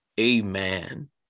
amen